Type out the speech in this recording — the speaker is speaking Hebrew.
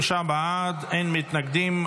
33 בעד, אין מתנגדים.